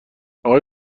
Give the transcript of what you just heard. آقای